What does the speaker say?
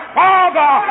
father